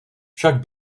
však